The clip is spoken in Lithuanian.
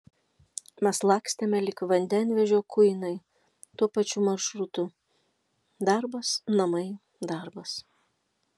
mes lakstėme lyg vandenvežio kuinai tuo pačiu maršrutu darbas namai darbas